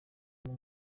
umwe